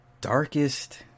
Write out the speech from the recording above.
darkest